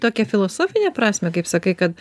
tokia filosofinę prasmę kaip sakai kad